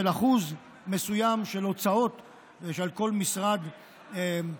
של אחוז מסוים של הוצאות שעל כל משרד להקצות